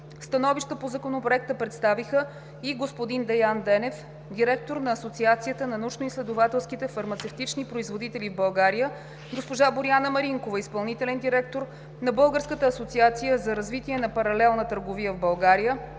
Становища по Законопроекта представиха и господин Деян Денев – директор на Асоциацията на научноизследователските фармацевтични производители в България, госпожа Боряна Маринкова – изпълнителен директор на Българската асоциация за развитие на паралелна търговия в България,